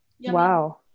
Wow